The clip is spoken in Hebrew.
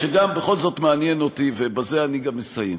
שבכל זאת מעניין גם אותי, ובזה אני גם אסיים.